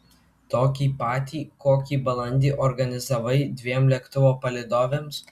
tokį pat kokį balandį organizavai dviem lėktuvo palydovėms